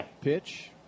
pitch